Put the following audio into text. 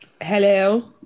Hello